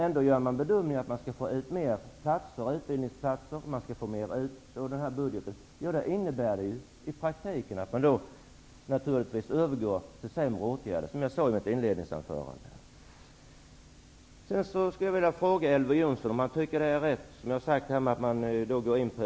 Ändå gör man den bedömningen att man skall få ut fler utbildningsplatser. Det innebär i praktiken att man övergår till sämre åtgärder, som jag sade i mitt inledningsanförande. Jonsson säger att det är av samhällsekonomiska skäl. Det kan jag på sätt och vis förstå.